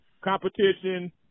competition